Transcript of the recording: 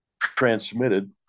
transmitted